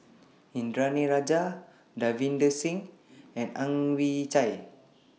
Indranee Rajah Davinder Singh and Ang Chwee Chai